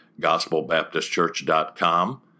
gospelbaptistchurch.com